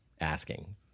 asking